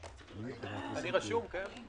אני רשום, כן?